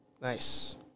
Nice